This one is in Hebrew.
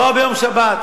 באו ביום שבת.